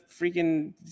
freaking